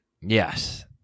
Yes